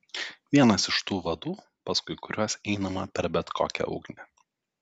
vienas iš tų vadų paskui kuriuos einama per bet kokią ugnį